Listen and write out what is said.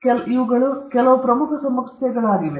ಆದ್ದರಿಂದ ಇವುಗಳು ಕೆಲವು ಪ್ರಮುಖ ಸಮಸ್ಯೆಗಳಾಗಿವೆ